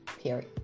period